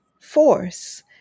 force